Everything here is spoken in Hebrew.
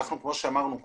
כמו שאמרנו קודם,